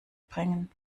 bringen